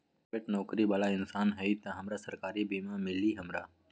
Private नौकरी बाला इंसान हई त हमरा सरकारी बीमा मिली हमरा?